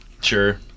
Sure